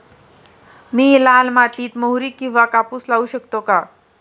मी लाल मातीत मोहरी किंवा कापूस लावू शकतो का?